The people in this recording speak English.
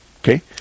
Okay